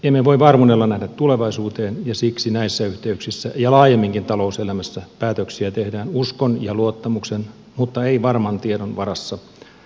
emme voi varmuudella nähdä tulevaisuuteen ja siksi näissä yhteyksissä ja laajemminkin talouselämässä päätöksiä tehdään uskon ja luottamuksen mutta ei varman tiedon varassa